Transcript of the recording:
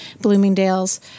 Bloomingdale's